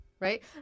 right